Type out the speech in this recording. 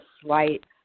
slight